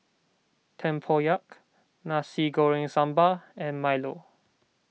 Tempoyak Nasi Goreng Sambal and Milo